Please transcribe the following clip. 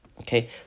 okay